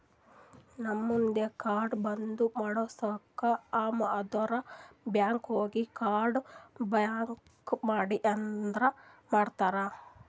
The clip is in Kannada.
ನಮ್ದು ಕಾರ್ಡ್ ಬಂದ್ ಮಾಡುಸ್ಬೇಕ್ ಅಂದುರ್ ಬ್ಯಾಂಕ್ ಹೋಗಿ ಕಾರ್ಡ್ ಬ್ಲಾಕ್ ಮಾಡ್ರಿ ಅಂದುರ್ ಮಾಡ್ತಾರ್